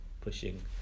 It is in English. pushing